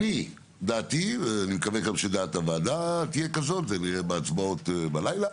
דעתי ואני מקווה שגם דעת הוועדה תהיה כזו; נראה בהצבעות בלילה